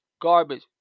Garbage